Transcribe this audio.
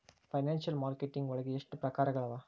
Financial marketing ವಳಗ ಎಷ್ಟ್ ಪ್ರಕ್ರಾರ್ಗಳವ?